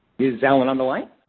is allen on the line?